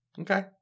Okay